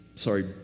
sorry